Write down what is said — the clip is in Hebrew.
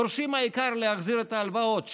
דורשים להחזיר את ההלוואות,